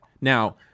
Now